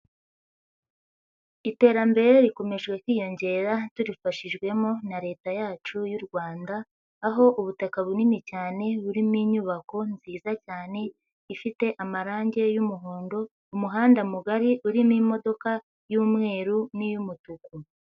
Iterambere rikomeje kwiyongera turifashijwemo na leta yacu y'u Rwanda, aho ubutaka bunini cyane burimo inyubako nziza cyane ifite amarangi y'umuhondo, umuhanda mugari urimo imodoka y'umweru n'iy'umutuku.